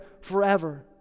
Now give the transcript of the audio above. forever